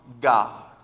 God